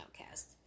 outcast